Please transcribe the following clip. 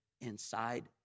inside